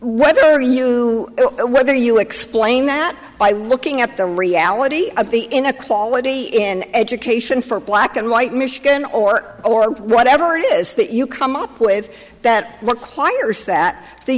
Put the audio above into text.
whether you know whether you explain that by looking at the reality of the inequality in education for black and white michigan or or whatever it is that you come up with that requires that the